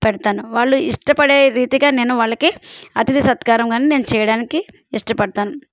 పెడతాను వాళ్ళు ఇష్టపడే రీతిగా నేను వాళ్ళకి అతిథి సత్కారం కాని నేను చేయడానికి ఇష్టపడ్తాను